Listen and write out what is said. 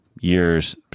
years